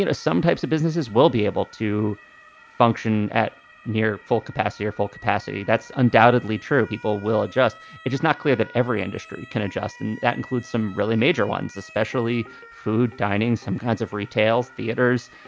some types of businesses will be able to function at near full capacity or full capacity. that's undoubtedly true. people will adjust. it is not clear that every industry can adjust. and that includes some really major ones, especially food, dining, some kinds of retail theaters,